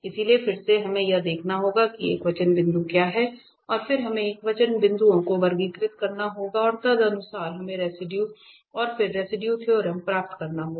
इसलिए फिर से हमें यह देखना होगा कि एकवचन बिंदु क्या है और फिर हमें एकवचन बिंदुओं को वर्गीकृत करना होगा और तदनुसार हमें रेसिडुए और फिर रेसिडुए थ्योरम प्राप्त करना होगा